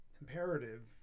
imperative